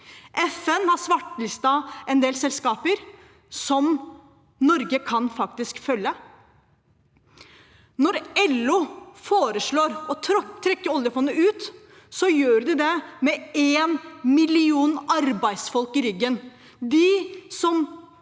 FN har svartelistet en del selskaper, noe Norge faktisk kan følge. Når LO foreslår å trekke oljefondet ut, gjør de det med én million arbeidsfolk i ryggen.